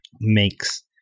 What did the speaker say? makes